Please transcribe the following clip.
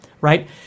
right